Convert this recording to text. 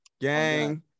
Gang